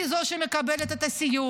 היא זו שמקבלת את הסיוע.